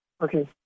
Okay